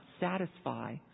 satisfy